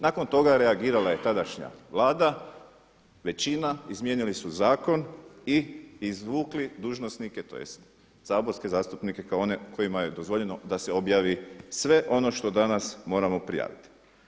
Nakon toga je reagirala i tadašnja Vlada, većina, izmijenili su zakon i izvukli dužnosnike, tj. saborske kao one kojima je dozvoljeno da se objavi sve ono što danas moramo prijaviti.